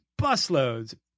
busloads